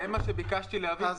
זה מה שביקשתי להבין.